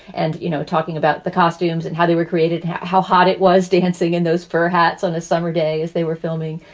and, you know, talking about the costumes and how they were created, how hot it was dancing in those four hats on a summer day as they were filming.